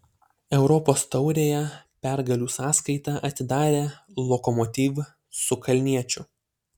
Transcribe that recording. europos taurėje pergalių sąskaitą atidarė lokomotiv su kalniečiu